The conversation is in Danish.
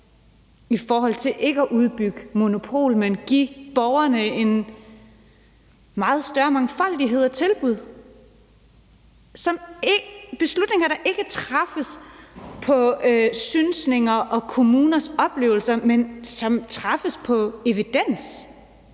i forhold til ikke at udbygge monopol, men give borgerne en meget større mangfoldighed af tilbud, så beslutninger ikke træffes på basis af synsninger og kommuners oplevelser, men træffes på evidens.